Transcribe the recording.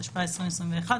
התשפ"א 2021,